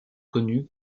connue